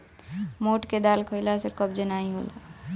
मोठ के दाल खईला से कब्ज नाइ होला